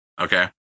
Okay